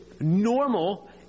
normal